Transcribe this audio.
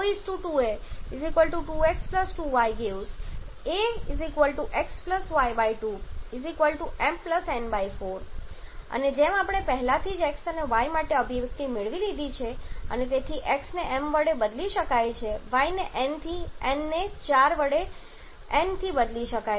O 2a 2x 2y 🡺 a x y2 m n4 અને જેમ આપણે પહેલાથી જ x અને y માટે અભિવ્યક્તિ મેળવી લીધી છે તેથી x ને m વડે બદલી શકાય છે y ને n થી n ને 4 વડે n થી બદલી શકાય છે